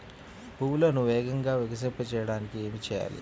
పువ్వులను వేగంగా వికసింపచేయటానికి ఏమి చేయాలి?